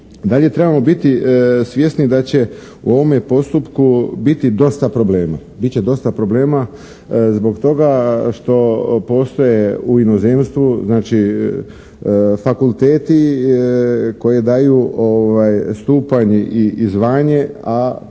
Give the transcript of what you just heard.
Dalje trebamo biti svjesni da će u ovome postupku biti dosta problema. Bit će dosta problema zbog toga što postoje u inozemstvu, znači, fakulteti koji daju stupanj i zvanje, a kod